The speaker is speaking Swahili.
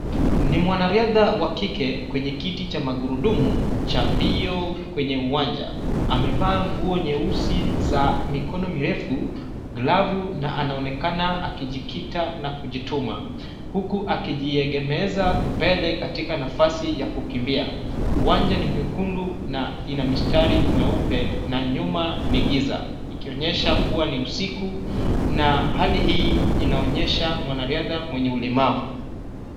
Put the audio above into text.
Ni mwanariadha wa kike kwenye kiti cha magurudumu cha mbio kwenye uwanja. amevaa nguo nyeusi za mikono mirefu, glavu na anaonekana akijikita na kujituma huku akijiegemeza mbele katika nafasi ya kukimbia. Uwanja ni mwekundu na ina mistari meupe na nyuma kuna giza ikionyesha kuwa ni usiku na hali hii inaonyesha mwanariadha mwenye ulemavu.